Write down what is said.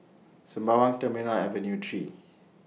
Sembawang Terminal Avenue three